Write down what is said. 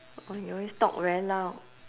or you always talk very loud